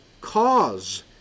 cause